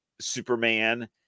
Superman